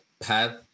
path